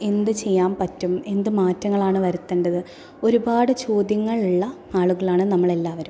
എന്ത് ചെയ്യാൻ പറ്റും എന്ത് മാറ്റങ്ങളാണ് വരുത്തേണ്ടത് ഒരുപാട് ചോദ്യങ്ങളുള്ള ആളുകളാണ് നമ്മളെല്ലാവരും